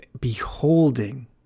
beholding